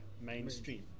mainstream